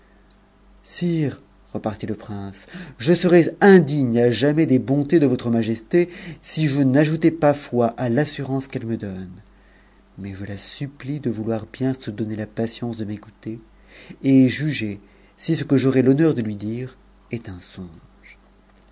sn'c repartit le prince je serais indigne à jamais des bontés de jesté si je n'ajoutais pas foi à l'assurimcf qu'p c me donne mais je la supplie de vouloir bien se donner la patience de m'ëcoutpr et do ger si ce que j'aurai l'honneur de lui dire est un songe